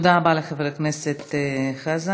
תודה רבה לחבר הכנסת חזן.